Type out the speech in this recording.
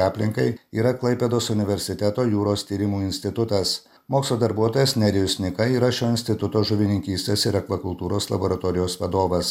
aplinkai yra klaipėdos universiteto jūros tyrimų institutas mokslo darbuotojas nerijus nyka yra šio instituto žuvininkystės ir akvakultūros laboratorijos vadovas